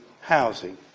housing